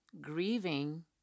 grieving